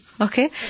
Okay